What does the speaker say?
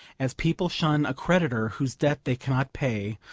as people shun a creditor whose debt they cannot pay,